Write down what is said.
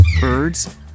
Birds